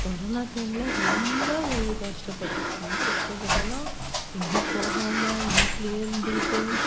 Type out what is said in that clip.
corona டைமில் ரொம்ப கஷ்டப்பட்டோம் ரொம்ப கஷ்டப்பட்டோம்னா எங்கேயும் போகாமல் வீட்லேயே இருந்துக்கிட்டு